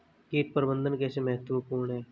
कीट प्रबंधन कैसे महत्वपूर्ण है?